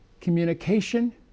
communication